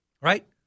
right